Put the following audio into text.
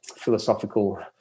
philosophical